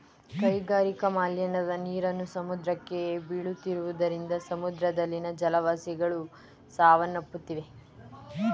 ಕೈಗಾರಿಕಾ ಮಾಲಿನ್ಯದ ನೀರನ್ನು ಸಮುದ್ರಕ್ಕೆ ಬೀಳುತ್ತಿರುವುದರಿಂದ ಸಮುದ್ರದಲ್ಲಿನ ಜಲವಾಸಿಗಳು ಸಾವನ್ನಪ್ಪುತ್ತಿವೆ